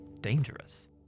dangerous